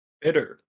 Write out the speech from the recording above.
bitter